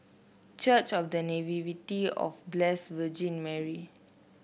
church of The Nativity of Blessed Virgin Mary